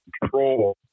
control